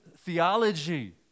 theology